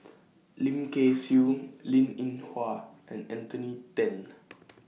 Lim Kay Siu Linn in Hua and Anthony Then